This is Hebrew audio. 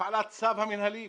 הפעלת הצו המנהלי,